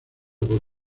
por